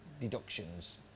deductions